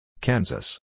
Kansas